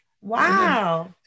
Wow